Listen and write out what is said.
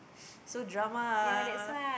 so drama